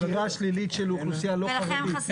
הגירה שלילית של אוכלוסייה לא חרדית.